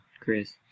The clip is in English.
Chris